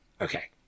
okay